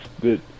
good